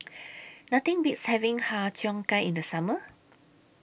Nothing Beats having Har Cheong Gai in The Summer